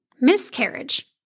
miscarriage